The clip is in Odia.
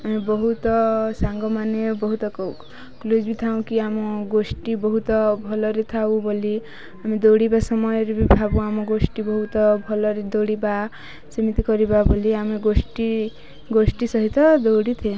ଆମେ ବହୁତ ସାଙ୍ଗମାନେ ବହୁତ କ୍ଲୋଜ୍ ବି ଥାଉଁ କି ଆମ ଗୋଷ୍ଠୀ ବହୁତ ଭଲରେ ଥାଉ ବୋଲି ଆମେ ଦୌଡ଼ିବା ସମୟରେ ବି ଭାବୁ ଆମ ଗୋଷ୍ଠୀ ବହୁତ ଭଲରେ ଦୌଡ଼ିବା ସେମିତି କରିବା ବୋଲି ଆମେ ଗୋଷ୍ଠୀ ଗୋଷ୍ଠୀ ସହିତ ଦୌଡ଼ିଥାଏ